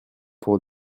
pour